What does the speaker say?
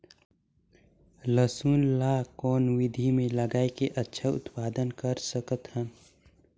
लसुन ल कौन विधि मे लगाय के अच्छा उत्पादन कर सकत हन?